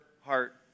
heart